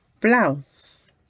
blouse